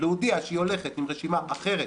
להודיע שהיא הולכת עם רשימה אחרת